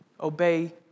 obey